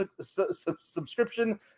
subscription